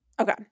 Okay